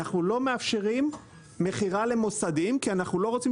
אנחנו לא מאפשרים מכירה למוסדיים כי אנחנו לא רוצים